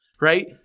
right